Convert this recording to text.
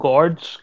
God's